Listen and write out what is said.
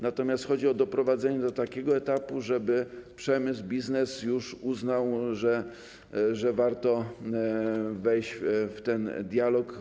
Natomiast chodzi o doprowadzenie do takiego etapu, żeby przemysł, biznes już uznał, że warto wejść w ten dialog.